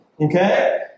Okay